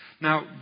Now